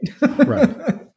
Right